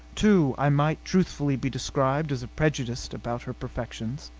too, i might truthfully be described as prejudiced about her perfections.